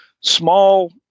small